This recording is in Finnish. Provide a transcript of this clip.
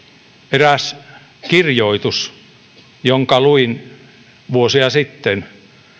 eräs kirjoitus jonka luin vuosia sitten